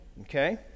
okay